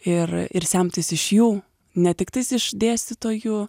ir ir semtis iš jų ne tiktais iš dėstytojų